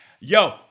Yo